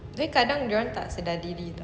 uh kadang dia orang tak sedar diri [tau]